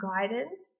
guidance